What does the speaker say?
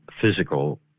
physical